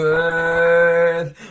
earth